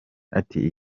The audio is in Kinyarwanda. ati